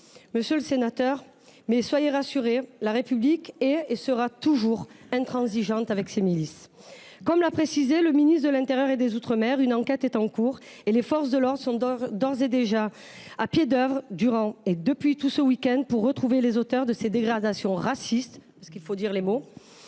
inquiétude légitime, mais soyez rassuré : la République est et sera toujours intransigeante avec ces milices. Comme l’a précisé le ministre de l’intérieur et des outre mer, une enquête est en cours et les forces de l’ordre sont d’ores et déjà à pied d’œuvre depuis ce week end pour retrouver les auteurs de ces dégradations racistes, parce qu’il faut dire les mots,